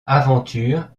aventures